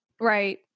Right